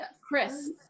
chris